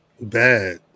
Bad